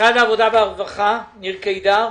משרד העבודה והרווחה, ניר קידר.